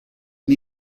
and